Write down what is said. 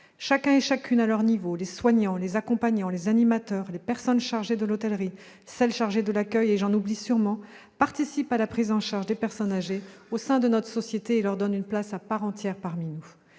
Chacun et chacune, à leur niveau- soignants, accompagnants, animateurs, personnes chargées de l'hôtellerie, de l'accueil ...-, participent à la prise en charge des personnes âgées au sein de notre société et leur donnent une place à part entière parmi nous.